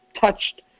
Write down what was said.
touched